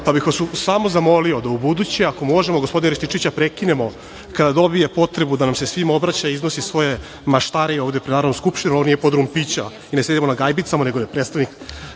pa bih vas samo zamolio da ubuduće, ako možemo, gospodina Rističevića prekinemo kada dobije potrebu da nam se svima obraća i iznosi svoje maštarije ovde pred Narodnom skupštinom. Ovo nije podrum pića i ne sedimo na gajbicama, nego smo predstavnici